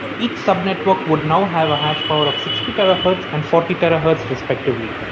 each sub network would now have a hash power of sixty terahertz and forty terahertz respectively.